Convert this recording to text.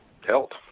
help